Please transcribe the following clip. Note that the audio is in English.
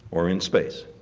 or in space.